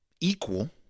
equal